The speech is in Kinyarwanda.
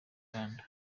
rwanda